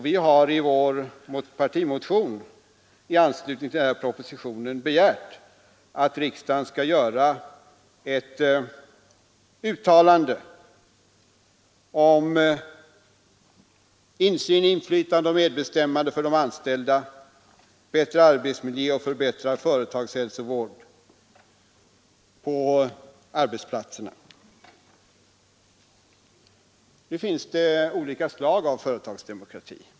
Vi har i vår partimotion i anslutning till propositionen begärt att riksdagen skall göra ett uttalande om insyn, inflytande och medbestämmande för de anställda, bättre arbetsmiljö och förbättrad företagshälsovård på arbetsplatserna. Nu finns det olika slag av företagsdemokrati.